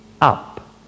up